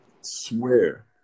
Swear